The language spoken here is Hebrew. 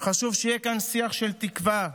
חשוב שיהיה כאן שיח של תקווה,